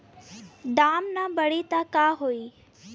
दाम ना बढ़ी तब का होई